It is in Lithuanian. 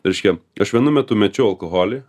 reiškia aš vienu metu mečiau alkoholį